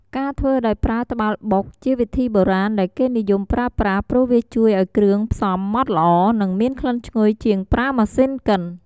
ការធ្វើដោយប្រើត្បាល់បុក ជាវិធីបុរាណដែលគេនិយមប្រើប្រាស់ព្រោះវាជួយឱ្យគ្រឿងផ្សំម៉ដ្តល្អ និងមានក្លិនឈ្ងុយជាងប្រើម៉ាសុីនកិន។